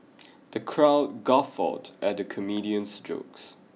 the crowd guffawed at the comedian's jokes